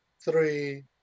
three